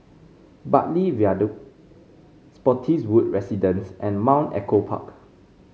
Bartley Viaduct Spottiswoode Residences and Mount Echo Park